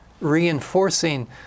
Reinforcing